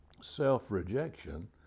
self-rejection